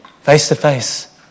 Face-to-face